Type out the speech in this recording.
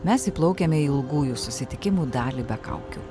mes įplaukiame į ilgųjų susitikimų dalį be kaukių